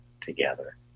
together